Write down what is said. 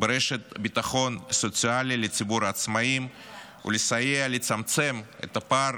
מרשת ביטחון סוציאלי לציבור העצמאים ולסייע לצמצם את הפער